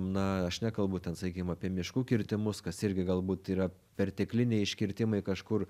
na aš nekalbu ten sakykim apie miškų kirtimus kas irgi galbūt yra pertekliniai iškirtimai kažkur